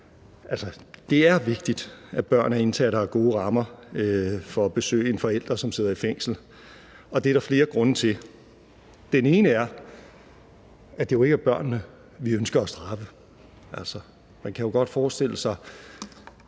Det er vigtigt, at børn af indsatte har gode rammer for at besøge en forælder, der sidder i fængsel, og det er der flere grunde til. Den ene er, at det jo ikke er børnene, vi ønsker at straffe. Man kan jo godt forestille sig,